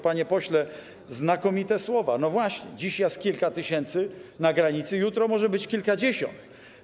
Panie pośle, znakomite słowa, no właśnie, dziś jest kilka tysięcy na granicy, jutro może być kilkadziesiąt.